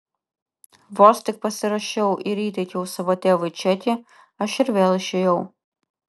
vos tik pasirašiau ir įteikiau savo tėvui čekį aš ir vėl išėjau